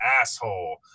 asshole